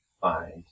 find